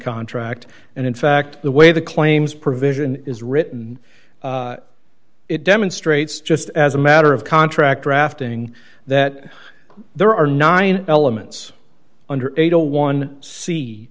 contract and in fact the way the claims provision is written it demonstrates just as a matter of contract drafting that there are nine elements under eight a one c